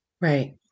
Right